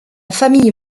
famille